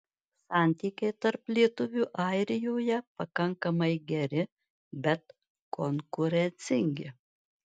santykiai tarp lietuvių airijoje pakankamai geri bet konkurencingi